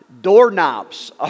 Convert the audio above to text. doorknobs